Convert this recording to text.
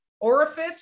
orifice